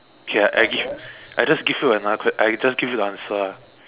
okay I give I just give you another ques~ I just give you the answer ah